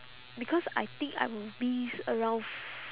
because I think I will miss around f~